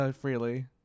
freely